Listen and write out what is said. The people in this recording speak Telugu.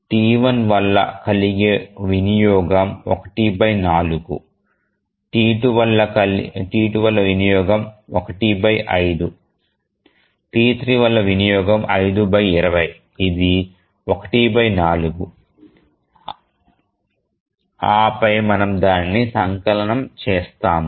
T1 వల్ల కలిగే వినియోగం 14 T2 వల్ల వినియోగం 15 T3 వల్ల వినియోగం 520 ఇది 14 ఆ పై మనము దానిని సంకలనం చేస్తాము